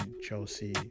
Chelsea